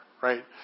right